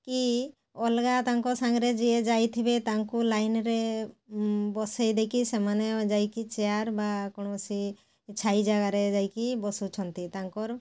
କି ଅଲଗା ତାଙ୍କ ସାଙ୍ଗରେ ଯିଏ ଯାଇଥିବେ ତାଙ୍କୁ ଲାଇନ୍ରେ ବସେଇଦେଇକି ସେମାନେ ଯାଇକି ଚେୟାର୍ ବା କୌଣସି ଛାଇ ଜାଗାରେ ଯାଇକି ବସୁଛନ୍ତି ତାଙ୍କର